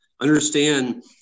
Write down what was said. Understand